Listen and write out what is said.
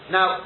Now